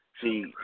See